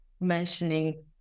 mentioning